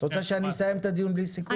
רוצה שאסיים את הדיון בלי סיכום?